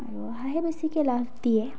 আৰু হাঁহে বেছিকে লাভ দিয়ে